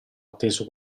atteso